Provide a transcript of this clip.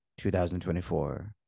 2024